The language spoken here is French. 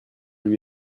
lui